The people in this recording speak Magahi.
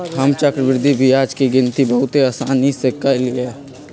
हम चक्रवृद्धि ब्याज के गिनति बहुते असानी से क लेईले